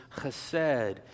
chesed